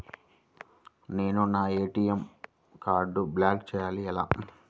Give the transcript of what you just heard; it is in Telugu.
నేను నా ఏ.టీ.ఎం కార్డ్ను బ్లాక్ చేయాలి ఎలా?